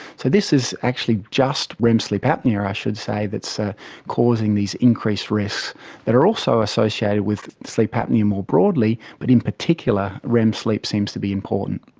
so this is actually just rem sleep apnoea, i should say, that's ah causing these increased risks that are also associated with sleep apnoea more broadly, but in particular rem sleep seems to be important.